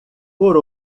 por